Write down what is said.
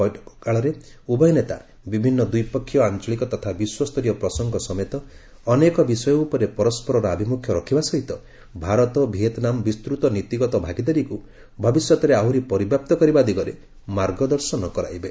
ବୈଠକ କାଳରେ ଉଭୟ ନେତା ବିଭିନ୍ନ ଦ୍ୱିପକ୍ଷୀୟ ଆଞ୍ଚଳିକ ତଥା ବିଶ୍ୱସ୍ତରୀୟ ପ୍ରସଙ୍ଗ ସମେତ ଅନେକ ବିଷୟ ଉପରେ ପରସ୍କରର ଆଭିମୁଖ୍ୟ ରଖିବା ସହିତ ଭାରତ ଭିଏତ୍ନାମ୍ ବିସ୍ତତ ନୀତିଗତ ଭାଗିଦାରୀକୁ ଭବିଷ୍ୟତରେ ଆହୁରି ପରିବ୍ୟାପ୍ତ କରିବା ଦିଗରେ ମାର୍ଗଦର୍ଶନ କରାଇବେ